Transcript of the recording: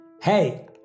Hey